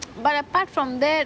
but apart from that